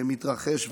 שמתרחש וגועש,